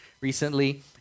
recently